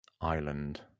island